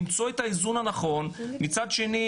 למצוא את האיזון הנכון מצד אחד,